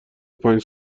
پنج